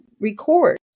record